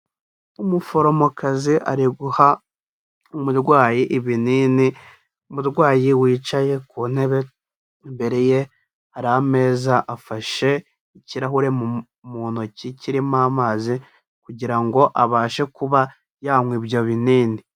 Umuforomokazi ari guha umurwayi ibinini, umurwayi wicaye ku ntebe, imbere ye hari ameza, afashe ikirahure mu ntoki kirimo amazi, kugira ngo abashe kuba yanywa ibyo binini.